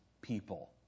people